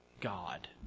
God